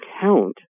count